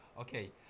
Okay